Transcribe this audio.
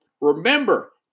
remember